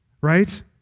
right